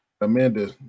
Amanda